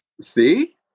See